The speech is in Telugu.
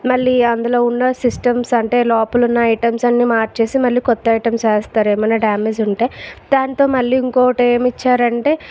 మళ్ళీ అందులో ఉన్న సిస్టమ్స్ అంటే లోపలున్న ఐటమ్స్ అన్ని మార్చేసి మళ్ళీ కొత్త ఐటమ్స్ వేస్తారు ఏమైనా డ్యామేజ్ ఉంటే దానితో మళ్ళీ ఇంకోటి ఏమిచ్చారంటే